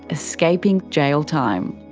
escaping jail time.